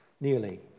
Nearly